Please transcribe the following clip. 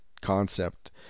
concept